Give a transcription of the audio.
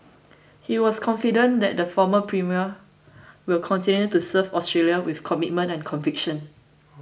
he was confident that the former premier will continue to serve Australia with commitment and conviction